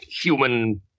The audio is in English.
human